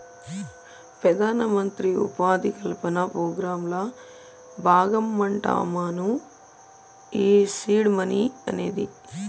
పెదానమంత్రి ఉపాధి కల్పన పోగ్రాంల బాగమంటమ్మను ఈ సీడ్ మనీ అనేది